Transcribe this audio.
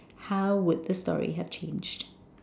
how would the story have changed